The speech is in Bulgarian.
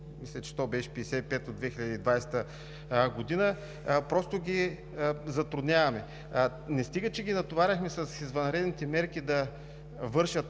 мисля, че беше № 55 от 2020 г., просто ги затрудняваме. Не стига, че ги натоварихме с извънредните мерки, да вършат